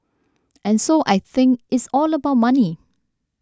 and so I think it's all about money